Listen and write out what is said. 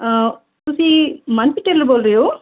ਤੁਸੀਂ ਮਨਪ੍ਰੀਤ ਟੇਲਰ ਬੋਲ ਰਹੇ ਹੋ